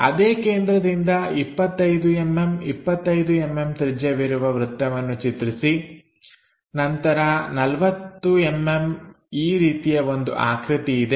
ಅದೇ ಕೇಂದ್ರದಿಂದ 25mm 25mm ತ್ರಿಜ್ಯವಿರುವ ವೃತ್ತವನ್ನು ಚಿತ್ರಿಸಿ ನಂತರ 40mm ಈ ರೀತಿಯ ಒಂದು ಆಕೃತಿ ಇದೆ